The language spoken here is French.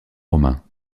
romain